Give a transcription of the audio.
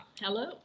Hello